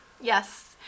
Yes